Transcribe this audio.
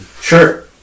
Sure